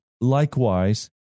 likewise